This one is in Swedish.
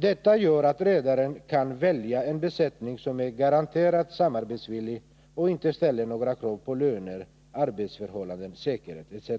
Detta gör att redaren kan välja en besättning som är garanterat samarbetsvillig och som inte ställer några krav på löner, arbetsförhållanden, säkerhet etc.